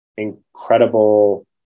incredible